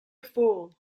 fool